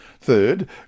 Third